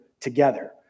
together